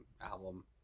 album